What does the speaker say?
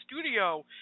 studio